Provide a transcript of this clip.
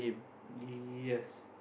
yes